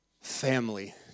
Family